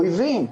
אויבים.